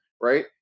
Right